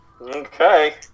Okay